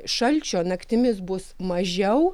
šalčio naktimis bus mažiau